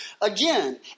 Again